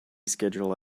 schedule